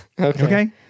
Okay